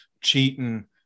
cheating